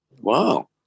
Wow